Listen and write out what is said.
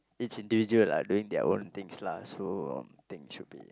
it's in danger lah doing their own things lah so think should be